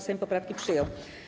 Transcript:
Sejm poprawki przyjął.